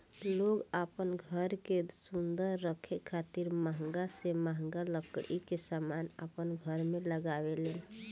लोग आपन घर के सुंदर रखे खातिर महंगा से महंगा लकड़ी के समान अपन घर में लगावे लेन